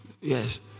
yes